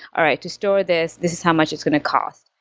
alright, to store this, this is how much it's going to cost.